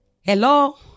Hello